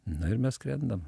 na ir mes skrendam